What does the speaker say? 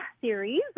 series